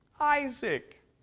Isaac